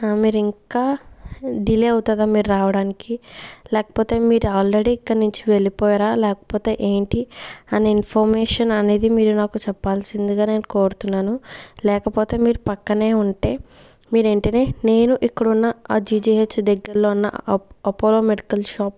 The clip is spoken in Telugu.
మీరు ఇంకా డిలే అవుతుందా మీరు రావడానికి లేకపోతే మీరు ఆల్రెడీ ఇక్కడ్నించి వెళ్ళిపోయారా లేకపోతే ఏంటి అనే ఇన్ఫర్మేషన్ అనేది మీరు నాకు చెప్పాల్సిందిగా నేను కోరుతున్నాను లేకపోతే మీరు పక్కనే ఉంటే మీరు వెంటనే నేను ఇక్కడ ఉన్న ఆ జీజీహెచ్ దగ్గర్లో ఉన్న అప అపోలో మెడికల్ షాప్